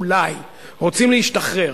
אולי רוצים להשתחרר.